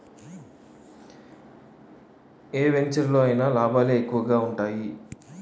ఏ వెంచెరులో అయినా లాభాలే ఎక్కువగా ఉంటాయి